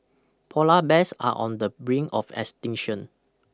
Polar bears are on the brink of extinction